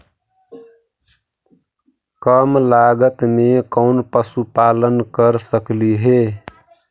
कम लागत में कौन पशुपालन कर सकली हे?